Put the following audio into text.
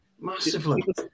massively